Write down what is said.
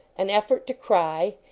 an effort to cry.